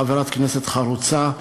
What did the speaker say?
חברת כנסת חרוצה,